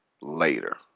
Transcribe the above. later